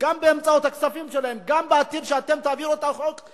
אני מבטיח לך: עד מחר בבוקר יביאו הצעת חוק לתיקון החוק,